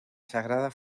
sagrada